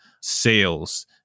sales